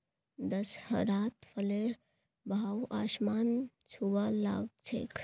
दशहरात फलेर भाव आसमान छूबा ला ग छेक